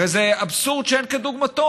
הרי זה אבסורד שאין כדוגמתו.